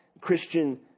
Christian